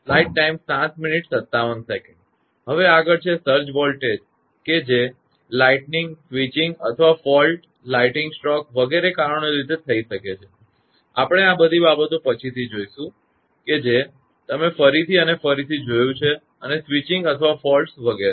હવે આગળ છે સર્જ વોલ્ટેજ કે જે લાઇટનીંગ સ્વિચિંગ અથવા ફોલ્ટ લાઈટનિંગ સ્ટ્રોક વગેરે કારણોને લીધે થઈ શકે છે આપણે આ બધી બાબતો પછીથી જોઇશું કે જે તમે ફરીથી અને ફરીથી જોયું છે અને સ્વિચિંગ અથવા ફોલ્ટ્સ વગેરે